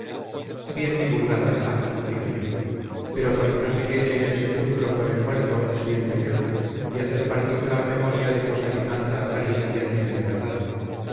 bien divulgada está dije yo pero por que no se quede en el sepulcro con el muerto es bien decirla y hacer particular memoria de cosa que tanta apariencia tiene de verdad